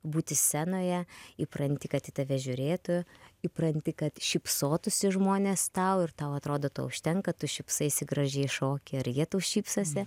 būti scenoje įpranti kad į tave žiūrėtų įpranti kad šypsotųsi žmonės tau ir tau atrodo to užtenka tu šypsaisi gražiai šoki ir jie tau šypsosi